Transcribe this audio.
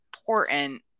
important